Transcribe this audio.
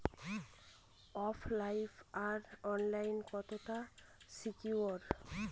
ওফ line আর online কতটা secure?